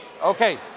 Okay